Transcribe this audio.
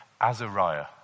azariah